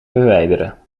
verwijderen